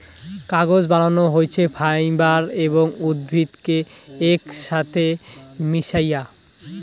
কাগজ বানানো হইছে ফাইবার এবং উদ্ভিদ কে একছাথে মিশায়া